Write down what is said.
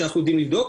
שאנחנו יודעים לבדוק,